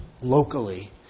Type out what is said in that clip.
locally